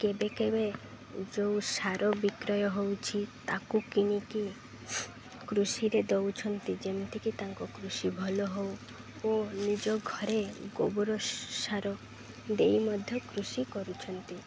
କେବେ କେବେ ଯୋଉ ସାର ବିକ୍ରୟ ହଉଛି ତାକୁ କିଣିକି କୃଷିରେ ଦଉଛନ୍ତି ଯେମିତିକି ତାଙ୍କ କୃଷି ଭଲ ହଉ ଓ ନିଜ ଘରେ ଗୋବର ସାର ଦେଇ ମଧ୍ୟ କୃଷି କରୁଛନ୍ତି